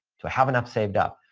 do i have enough saved up?